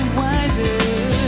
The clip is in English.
wiser